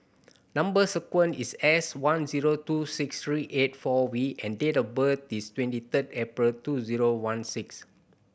number sequence is S one zero two six three eight four V and date of birth is twenty third April two zero one six